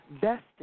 Best